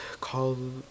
call